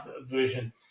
version